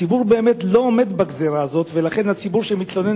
הציבור באמת לא עומד בגזירה הזאת ולכן הציבור שמתלונן